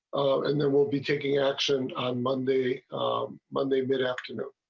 and there will be taking action on monday monday mid afternoon.